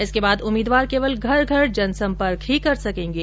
इसके बाद उम्मीदवार केवल घर घर जनसंपर्क ही कर सकेंगे